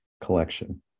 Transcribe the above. collection